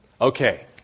Okay